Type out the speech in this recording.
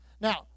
Now